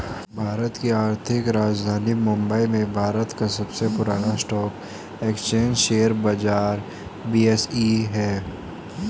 भारत की आर्थिक राजधानी मुंबई में भारत का सबसे पुरान स्टॉक एक्सचेंज शेयर बाजार बी.एस.ई हैं